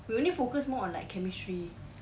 we only focus more on like chemistry